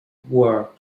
were